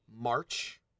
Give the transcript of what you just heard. March